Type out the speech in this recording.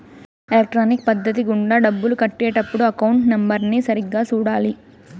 electronic పద్ధతి గుండా డబ్బులు కట్టే టప్పుడు అకౌంట్ నెంబర్ని సరిగ్గా సూడాలి